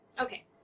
Okay